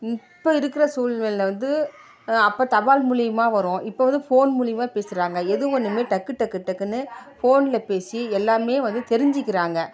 இப்போது இருக்கிற சூழ்நிலைல வந்து அப்போ தபால் மூலயமா வரும் இப்போது வந்து ஃபோன் மூலயமா பேசுகிறாங்க எது வேணுமே டக்கு டக்கு டக்குனு ஃபோனில் பேசி எல்லாமே வந்து தெரிஞ்சுக்கிறாங்க